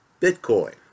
Bitcoin